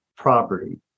property